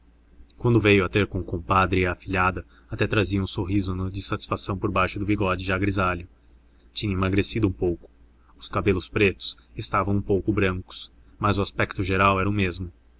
quando veio a ter com o compadre e a afilhada até trazia um sorriso de satisfação por baixo do bigode já grisalho tinha emagrecido um pouco os cabelos pretos estavam um pouco brancos mas o aspecto geral era o mesmo